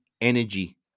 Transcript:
energy